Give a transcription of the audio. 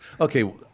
Okay